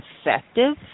effective